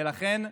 ולכן,